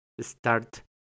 start